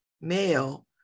male